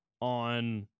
on